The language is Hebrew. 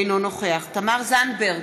אינו נוכח תמר זנדברג,